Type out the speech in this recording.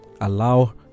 allow